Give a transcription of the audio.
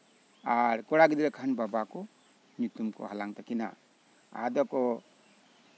ᱟᱨ ᱠᱚᱲᱟ ᱜᱤᱫᱽᱨᱟᱹ ᱠᱷᱟᱱ ᱵᱟᱵᱟ ᱠᱚ ᱧᱩᱛᱩᱢ ᱠᱚ ᱦᱟᱞᱟᱝ ᱛᱟᱹᱠᱤᱱᱟ ᱟᱫᱚ ᱠᱚ